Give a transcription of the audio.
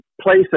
place